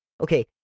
Okay